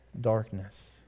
darkness